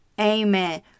Amen